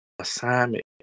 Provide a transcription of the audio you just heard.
assignment